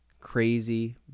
crazy